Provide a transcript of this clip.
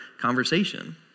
conversation